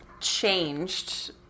changed